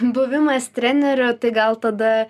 buvimas treneriu tai gal tada